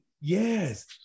Yes